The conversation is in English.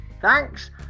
Thanks